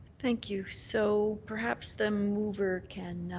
thank you. so perhaps the mover can